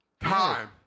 time